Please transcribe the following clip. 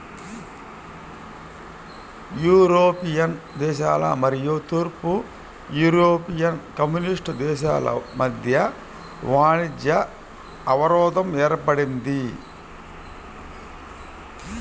European దేశాలు మరియు తూర్పు యూరోపియన్ కమ్యూనిస్ట్ దేశాల మధ్య వాణిజ్య అవరోధం ఏర్పడింది